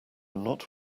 not